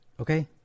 Okay